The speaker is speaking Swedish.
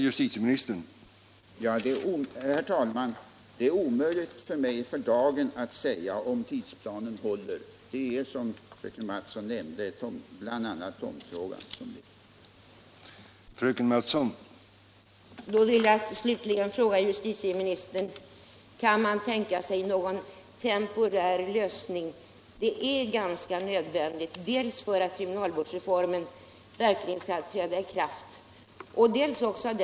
Herr talman! Det är för dagen omöjligt för mig att säga om tidsplanen håller. Det är, som fröken Mattson nämnde, bl.a. tomtfrågan som har medfört problem.